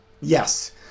Yes